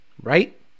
Right